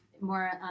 more